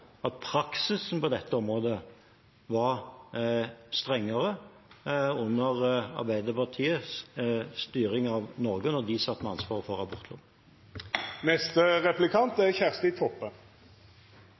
at praksisen på dette området var strengere under Arbeiderpartiets styring av Norge, da de satt med ansvaret for